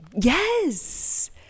Yes